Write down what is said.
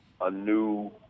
anew